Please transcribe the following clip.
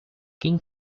king